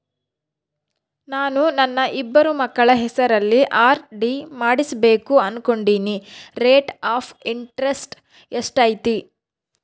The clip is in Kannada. ನಾನು ನನ್ನ ಇಬ್ಬರು ಮಕ್ಕಳ ಹೆಸರಲ್ಲಿ ಆರ್.ಡಿ ಮಾಡಿಸಬೇಕು ಅನುಕೊಂಡಿನಿ ರೇಟ್ ಆಫ್ ಇಂಟರೆಸ್ಟ್ ಎಷ್ಟೈತಿ?